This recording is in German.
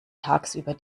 tagsüber